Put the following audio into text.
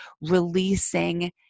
releasing